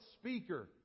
speaker